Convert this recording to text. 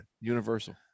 universal